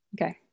okay